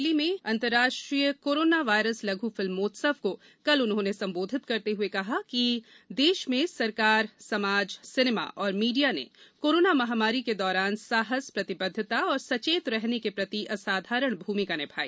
नई दिल्ली में अंतर्राष्ट्रीय कोरोना वायरस लघु फिल्मोत्सव को संबोधित करते हए श्री नकवी ने कहा कि देश में सरकार समाज सिनेमा और मीडिया ने कोरोना महामार्री के दौरान साहस प्रतिबद्धता और सचेत रहने के प्रति असाधारण भूमिका निभाई